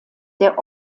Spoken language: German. der